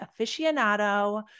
aficionado